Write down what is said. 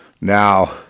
Now